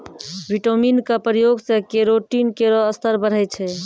vitamin क प्रयोग सें केरोटीन केरो स्तर बढ़ै छै